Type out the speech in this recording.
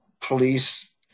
police